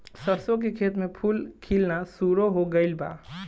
सरसों के खेत में फूल खिलना शुरू हो गइल बा